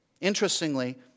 Interestingly